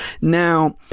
Now